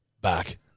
Back